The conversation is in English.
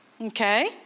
Okay